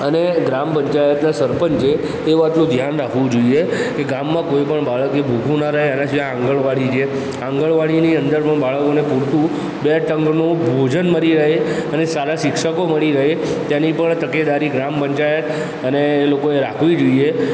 અને ગ્રામ પંચાયતના સરપંચે એ વાતનું ધ્યાન રાખવું જોઇએ કે ગામમાં કોઇપણ બાળક એ ભૂખ્યું ના રહે અને જ્યાં આંગણવાડી છે આંગણવાડીની અંદર પર બાળકોને પૂરતું બે ટંકનું ભોજન મળી રહે અને સારા શિક્ષકો મળી રહે તેની પણ તકેદારી ગ્રામ પંચાયત અને એ લોકોએ રાખવી જોઇએ